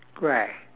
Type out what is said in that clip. grey